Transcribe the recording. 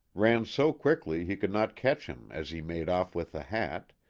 ran so quickly he could not catch him as he made off with the hat,